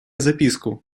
записку